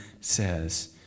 says